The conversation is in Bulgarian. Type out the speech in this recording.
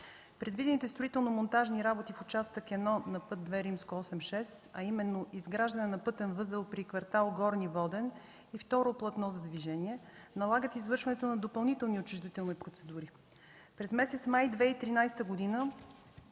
Предвидените строително-монтажни работи в участък 1 на път ІІ-86, а именно изграждането на пътен възел при квартал „Горни Воден” и второ платно за движение налагат извършването на допълнителни отчуждителни процедури. През месец май 2013 г.